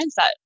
mindset